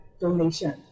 donation